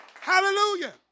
Hallelujah